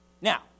Now